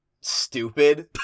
stupid